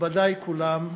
מכובדי כולם,